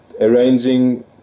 arranging